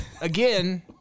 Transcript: again